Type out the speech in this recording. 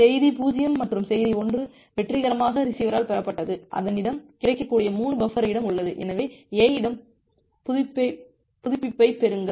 செய்தி 0 மற்றும் செய்தி 1 வெற்றிகரமாக ரிசீவரால் பெறப்பட்டது அதனிடம் கிடைக்கக்கூடிய 3 பஃபர் இடம் உள்ளதுஎனவே A யிடம் புதுப்பிப்பைப் பெறுங்கள்